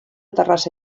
terrassa